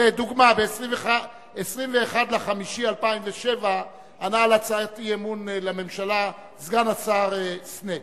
דוגמה: ב-21 במאי 2007 ענה על הצעת האי-אמון סגן השר סנה.